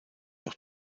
auch